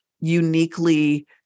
uniquely